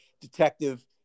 detective